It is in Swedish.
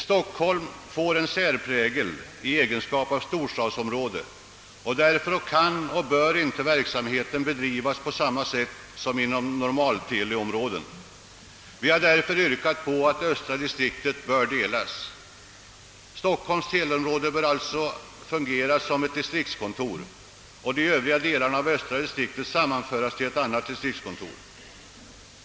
Stockholm får en särprägel i egenskap av storstadsområde, och därför kan och bör inte verksamheten där bedrivas på samma sätt som inom normalteleområden. Vi har därför yrkat på att östra distriktet bör delas. Stockholms teleområde bör alltjämt fungera som ett distriktskontor och de övriga delarna av östra distriktet sammanföras till ett distriktskontor.